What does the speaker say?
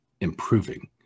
improving